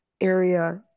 area